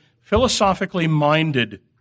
philosophically-minded